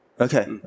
Okay